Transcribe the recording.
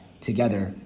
together